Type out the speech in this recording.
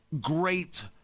great